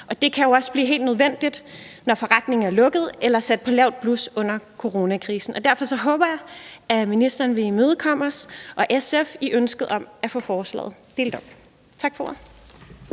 det kan jo også blive helt nødvendigt, når forretningen er lukket eller sat på lavt blus under coronakrisen. Og derfor håber jeg, at ministeren vil imødekomme os og SF i ønsket om at få forslaget delt op. Tak for ordet.